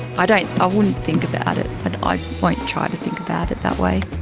but i ah wouldn't think about it. and i won't try to think about it that way.